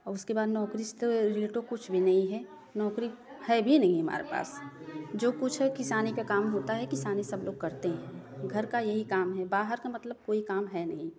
औ उसके बाद नौकरी से तो रेलेटो कुछ भी नहीं हैं नौकरी है भी नहीं है हमारे पास जो कुछ है किसानी का काम होता है किसानी सब लोग करते हैं घर का यही काम है बाहर का मतलब कोई काम है नहीं